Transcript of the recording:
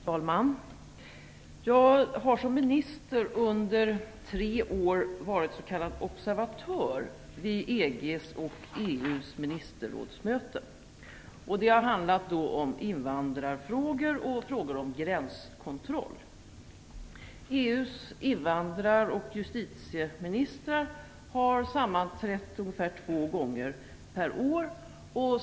Fru talman! Jag har som minister under tre år varit en s.k. observatör vid EG:s och EU:s ministerrådsmöten. Det har handlat om invandrarfrågor och frågor om gränskontroll. EU:s invandrar och justitieministrar har sammanträtt ungefär två gånger per år.